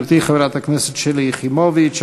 גברתי חברת הכנסת שלי יחימוביץ.